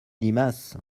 limace